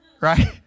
Right